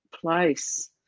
place